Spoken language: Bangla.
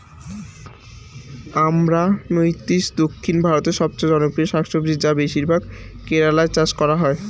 আমরান্থেইসি দক্ষিণ ভারতের সবচেয়ে জনপ্রিয় শাকসবজি যা বেশিরভাগ কেরালায় চাষ করা হয়